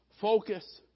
focus